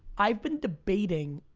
i've been debating.